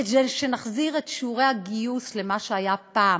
כדי שנחזיר את שיעורי הגיוס למה שהיה פעם,